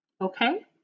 Okay